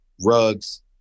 rugs